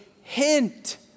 hint